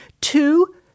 two